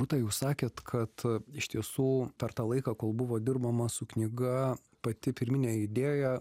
rūta jau sakėt kad iš tiesų per tą laiką kol buvo dirbama su knyga pati pirminė idėja